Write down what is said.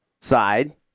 side